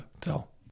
tell